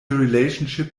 relationship